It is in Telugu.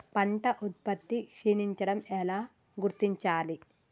పంట ఉత్పత్తి క్షీణించడం ఎలా గుర్తించాలి?